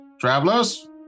Travelers